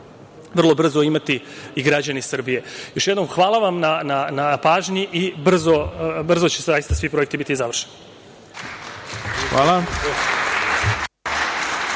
vrlo brzo imati i građani Srbije. Još jednom, hvala vam na pažnji i brzo će zaista svi projekti biti završeni. **Ivica